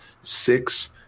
six